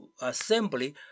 assembly